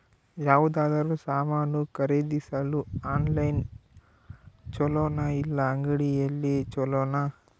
ಯಾವುದಾದರೂ ಸಾಮಾನು ಖರೇದಿಸಲು ಆನ್ಲೈನ್ ಛೊಲೊನಾ ಇಲ್ಲ ಅಂಗಡಿಯಲ್ಲಿ ಛೊಲೊನಾ?